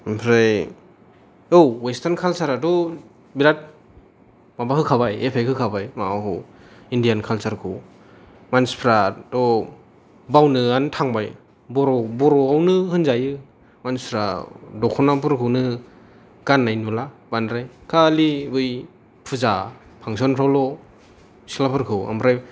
ओमफ्राय औ वेस्टारन कालसाराथ' बिराद माबा होखाबाय इफेक होखाबाय माबाखौ इण्डियान कालसारखौ मानसिफ्रा द बावनो आनो थांबाय बर' बर'आवनो होनजायो मानसिफ्रा दख'ना फोरखौ गाननाय नुला बांद्राय खालि बै फुजा फांसनफ्रावल' सिख्लाफोरखौ ओमफ्राय